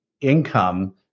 income